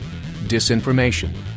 Disinformation